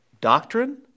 doctrine